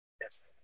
Yes